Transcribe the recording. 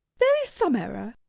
there is some error.